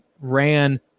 ran